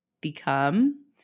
become